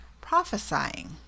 prophesying